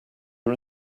are